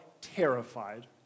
Terrified